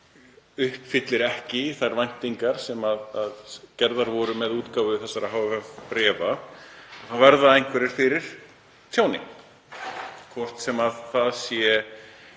uppfyllir ekki þær væntingar sem gerðar voru með útgáfu þessara bréfa þá verða einhverjir fyrir tjóni, hvort sem það er